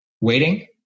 waiting